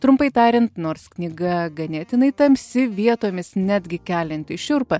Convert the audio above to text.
trumpai tariant nors knyga ganėtinai tamsi vietomis netgi kelianti šiurpą